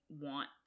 want